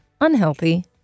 unhealthy